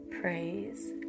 praise